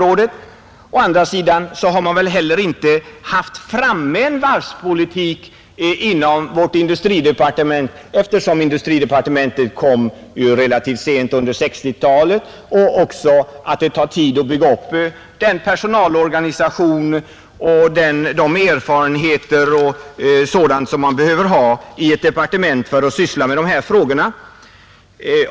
Å andra sidan har det väl heller inte funnits en varvspolitik inom industridepartementet, eftersom detta departement kom till relativt sent under 1960-talet. Det tar också tid att bygga upp den personalorganisation och skaffa de erfarenheter man behöver ha i ett departement för att syssla med dessa frågor.